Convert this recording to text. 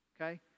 okay